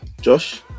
Josh